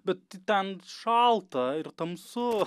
bet ten šalta ir tamsu